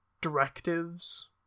directives